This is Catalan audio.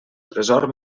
tresor